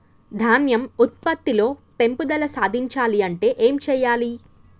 ధాన్యం ఉత్పత్తి లో పెంపుదల సాధించాలి అంటే ఏం చెయ్యాలి?